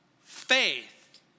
faith